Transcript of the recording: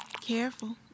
Careful